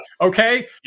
Okay